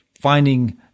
finding